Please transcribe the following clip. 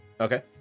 Okay